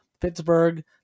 Pittsburgh